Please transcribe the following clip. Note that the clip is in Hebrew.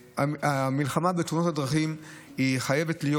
המלחמה בתאונות הדרכים חייבת להיות